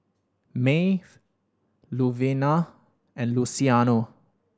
Mae Luvenia and Luciano